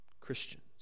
christians